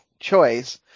choice